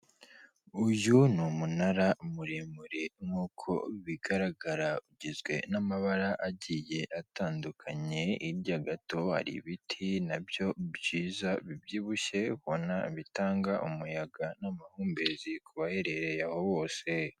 Uyu ni umunara muremure nk'uko bigaragara ugizwe n'amabara agiye atandukanye, hirya gato ibiti nabyo byiza bibyibushye ubona bitanga umuyaga n'amahumbezi ku baherereye aho bose.